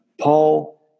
Paul